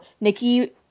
Nikki